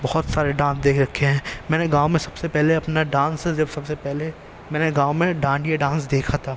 بہت سارے ڈانس دیکھ رکھے ہیں میں نے گاؤں میں سب سے پہلے اپنا ڈانس جب سب سے پہلے میں نے گاؤں میں ڈانڈیا ڈانس دیکھا تھا